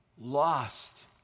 lost